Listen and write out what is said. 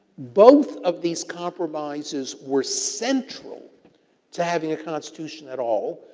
both of these compromises were central to having a constitution at all.